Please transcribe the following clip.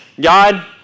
God